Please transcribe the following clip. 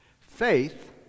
faith